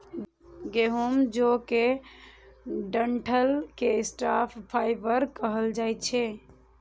गहूम, जौ के डंठल कें स्टॉक फाइबर कहल जाइ छै